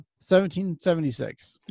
1776